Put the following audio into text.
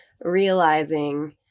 realizing